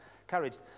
encouraged